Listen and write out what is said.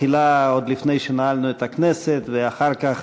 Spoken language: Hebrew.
תחילה עוד לפני שנעלנו את הכנסת ואחר כך